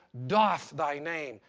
doff thy name,